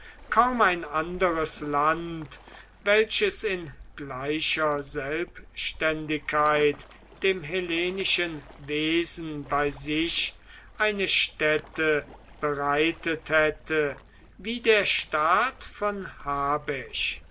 kaum ein anderes land welches in gleicher selbständigkeit dem hellenischen wesen bei sich eine stätte bereitet hätte wie der staat von habesch